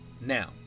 Now